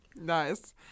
Nice